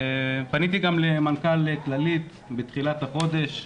פניתי גם למנכ"ל כללית בתחילת החודש,